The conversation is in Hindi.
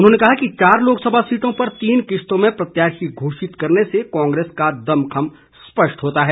उन्होंने कहा कि चार लोकसभा सीटों पर तीन किश्तों में प्रत्याशी घोषित करने से कांग्रेस का दमखम स्पष्ट होता है